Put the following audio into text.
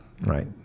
right